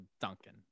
Duncan